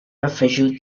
afegiu